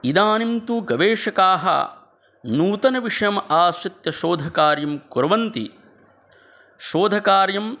इदानीं तु गवेशकाः नूतनविषयम् आश्रित्य शोधकार्यं कुर्वन्ति शोधकार्यं